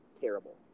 terrible